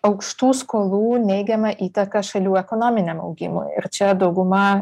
aukštų skolų neigiama įtaka šalių ekonominiam augimui ir čia dauguma